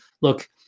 look